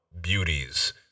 beauties